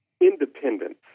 independence